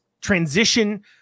transition